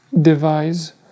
devise